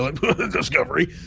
discovery